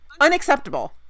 Unacceptable